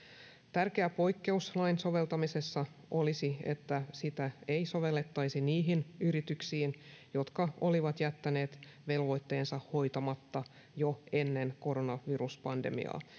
tärkeä poikkeus lain soveltamisessa olisi että sitä ei sovellettaisi niihin yrityksiin jotka olivat jättäneet velvoitteensa hoitamatta jo ennen koronaviruspandemiaa